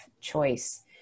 choice